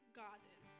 garden